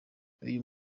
uyu